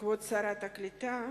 כבוד שרת הקליטה,